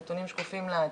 כמו שאתם רואים,